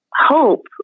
hope